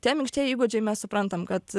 tie minkštieji įgūdžiai mes suprantam kad